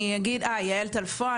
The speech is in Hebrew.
יעל טל פואה,